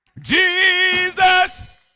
Jesus